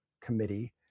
committee